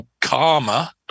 karma